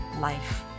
life